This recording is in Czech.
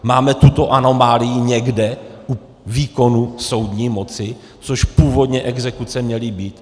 Máme tuto anomálii někde u výkonu soudní moci, což původně exekuce měly být?